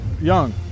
Young